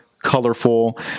colorful